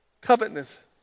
covetousness